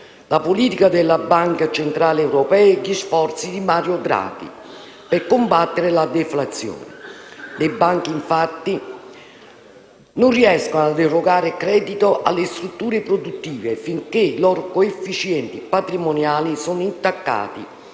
la politica della Banca centrale europea e gli sforzi di Mario Draghi per combattere la deflazione. Le banche, infatti, non riescono ad erogare credito alle strutture produttive finché i loro coefficienti patrimoniali sono intaccati